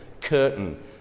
curtain